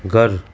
घरु